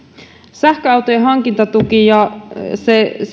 sähköautojen hankintatuki ja